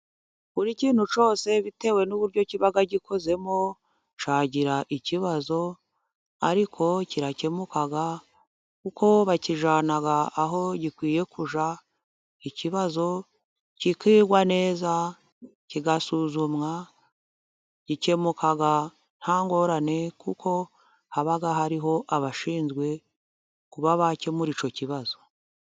Buri kintu cyose bitewe n'uburyo kiba gikozemo cyagira ikibazo, ariko kirakemuka kuko bakijyana aho gikwiye kujya ikibazo cyikigwa neza kigasuzumwa, gikemuka nta ngorane kuko haba hariho abashinzwe kuba bakemura icyo kibazo.